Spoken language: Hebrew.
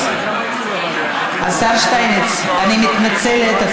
אני מתנצלת.